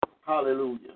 Hallelujah